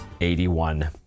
81